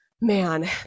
man